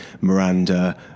Miranda